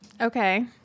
Okay